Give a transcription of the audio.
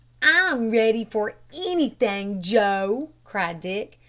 i'm ready for anything, joe, cried dick,